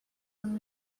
when